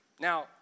Now